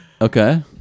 Okay